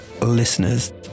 listeners